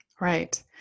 Right